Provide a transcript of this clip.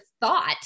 thought